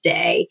Day